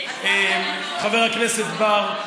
חבר הכנסת בר,